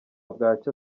bwacya